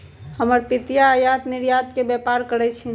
हमर पितिया आयात निर्यात के व्यापार करइ छिन्ह